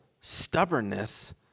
stubbornness